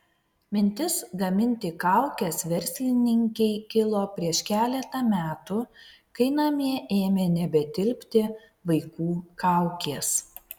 mintis gaminti kaukes verslininkei kilo prieš keletą metų kai namie ėmė nebetilpti vaikų kaukės